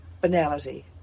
Banality